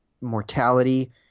mortality